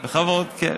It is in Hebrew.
בכבוד, כן,